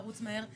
לרוץ מהר,